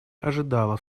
ожидала